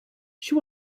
she